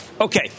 Okay